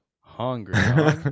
hungry